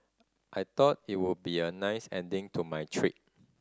I thought it would be a nice ending to my trip